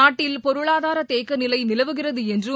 நாட்டில் பொருளாதாரதேக்கநிலைநிலவுகிறதுஎன்றும்